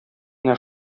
менә